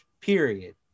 period